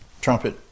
trumpet